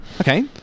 Okay